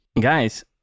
guys